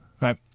right